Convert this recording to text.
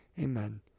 amen